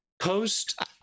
post